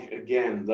again